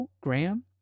Graham